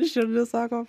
širdis sako